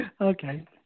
Okay